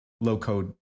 low-code